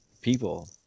people